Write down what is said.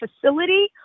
facility